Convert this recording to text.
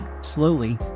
Slowly